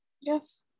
Yes